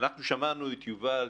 אנחנו שמענו את יובל.